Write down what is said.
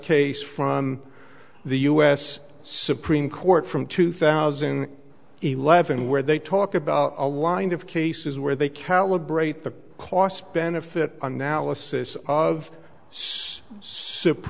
case from the u s supreme court from two thousand eleven where they talk about a line of cases where they calibrate the cost benefit analysis of